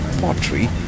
pottery